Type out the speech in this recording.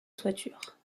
toiture